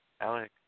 Alex